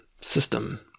system